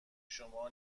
شما